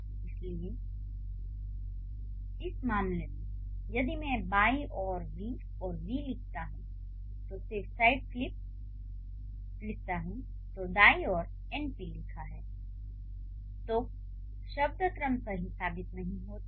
इसलिए इस मामले में यदि मैं बाईं ओर V और V लिखता हूं और दाईं ओर NP लिखा है तो शब्द क्रम सही साबित नहीं होता है